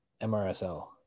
MRSL